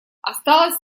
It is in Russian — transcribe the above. осталось